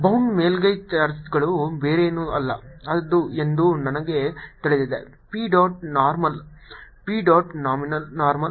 bound ಮೇಲ್ಮೈ ಚಾರ್ಜ್ಗಳು ಬೇರೇನೂ ಅಲ್ಲ ಎಂದು ನಮಗೆ ತಿಳಿದಿದೆ P dot normal P dot normal